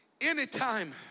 anytime